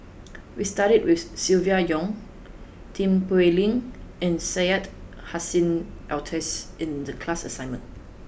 we studied about Silvia Yong Tin Pei Ling and Syed Hussein Alatas in the class assignment